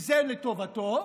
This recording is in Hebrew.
כשזה לטובתו,